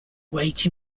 weight